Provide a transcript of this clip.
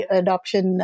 adoption